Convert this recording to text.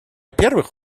первых